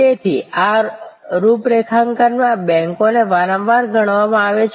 તેથી આ રૂપરેખાંકનમાં બેંકોને વારંવાર ગણવામાં આવે છે